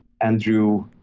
andrew